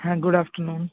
good afternoon